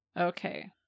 Okay